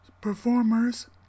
performers